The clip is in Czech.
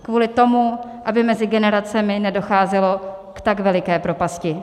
Kvůli tomu, aby mezi generacemi nedocházelo k tak veliké propasti.